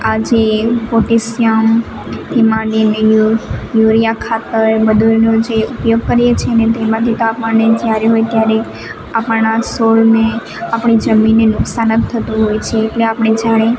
આ જે પોટેશિયમ હેમાદિમીલ યુરિયા ખાતર બધું એનો જે ઉપયોગ કરીએ છીએ ને તેમાંથી તાપમાને જ્યારે હોય ત્યારે આપણના છોડને આપણી જમીનને નુકસાન જ થતું હોય છે એટલે આપણે જાણે